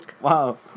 Wow